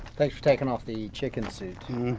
thanks for taking off the chicken suit.